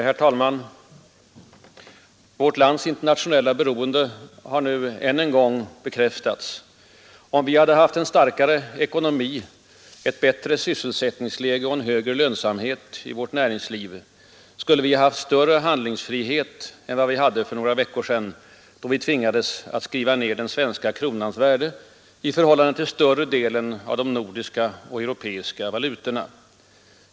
Herr talman! Vårt lands internationella beroende har än en gång bekräftats. Om vi hade haft en starkare ekonomi, ett bättre sysselsättningsläge och en högre lönsamhet i vårt näringsliv skulle vi ha haft större handlingsfrihet än vad vi hade för några veckor sedan, då vi tvingades att skriva ner den svenska kronans värde i förhållande till större delen av de nordiska och europeiska valutorna.